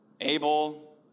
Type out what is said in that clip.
Abel